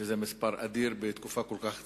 וזה מספר אדיר בתקופה כל כך קצרה.